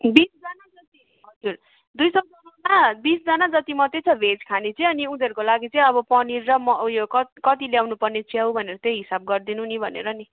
बिसजना जति हजुर दुई सौजनामा बिसजना जति मात्रै छ भेज खाने चाहिँ उनीहरूको लागि चाहिँ अब पनिर र उयो कत् कति ल्याउनुपर्ने च्याउ भनेर चाहिँ हिसाब गरिदिनु नि भनेर नि